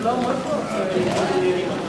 מתוקן לעסקים ולשכירים),